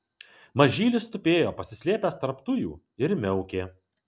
mažylis tupėjo pasislėpęs tarp tujų ir miaukė